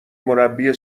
مربی